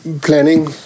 planning